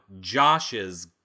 Josh's